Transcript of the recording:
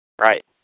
Right